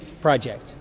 project